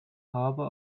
harbor